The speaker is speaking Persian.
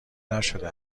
نشده